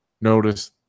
notice